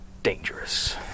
Dangerous